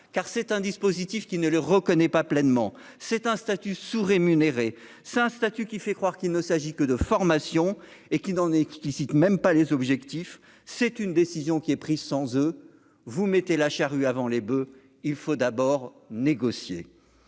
car c'est un dispositif qui ne le reconnaît pas pleinement, c'est un statut sous-rémunérés 5, statut qui fait croire qu'il ne s'agit que de formation et qu'il en est qui, qui cite même pas les objectifs, c'est une décision qui est prise sans eux, vous mettez la charrue avant les boeufs, il faut d'abord négocier,